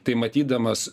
tai matydamas